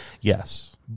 Yes